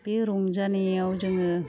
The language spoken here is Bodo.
बे रंजानायाव जोङो